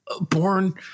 born